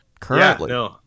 Currently